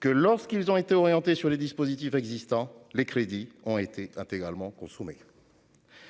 que, lorsqu'ils ont été orientés sur des dispositifs existants, les crédits ont été intégralement consommés.